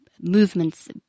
movements